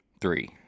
three